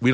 we